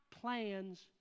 plans